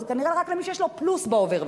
זה כנראה רק למי שיש לו פלוס בעובר-ושב.